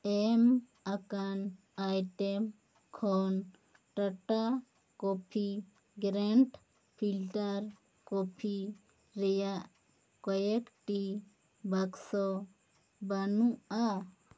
ᱮᱢ ᱟᱠᱟᱱ ᱟᱭᱴᱮᱢ ᱠᱷᱚᱱ ᱴᱚᱴᱟ ᱠᱚᱯᱷᱤ ᱜᱨᱮᱱᱴ ᱯᱷᱤᱞᱴᱟᱨ ᱠᱚᱯᱷᱤ ᱨᱮᱭᱟᱜ ᱠᱚᱭᱮᱠᱴᱤ ᱵᱟᱠᱥᱚ ᱵᱟᱹᱱᱩᱜᱼᱟ